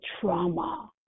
trauma